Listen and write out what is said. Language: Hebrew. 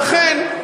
לכן,